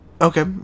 Okay